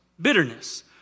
bitterness